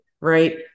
Right